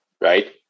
right